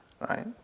right